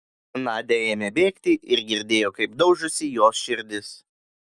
nadia ėmė bėgti ir girdėjo kaip daužosi jos širdis